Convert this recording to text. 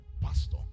pastor